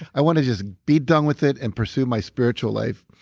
i want to just be done with it and pursue my spiritual life.